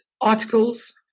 articles